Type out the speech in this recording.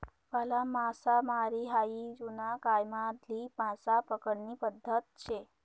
भाला मासामारी हायी जुना कायमाधली मासा पकडानी पद्धत शे